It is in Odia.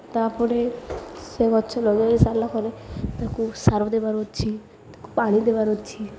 ତା'ପରେ ସେ ଗଛ ଲଗାଇ ସାରିଲା ପରେ ତାକୁ ସାର ଦେବାର ଅଛି ତାକୁ ପାଣି ଦେବାର ଅଛି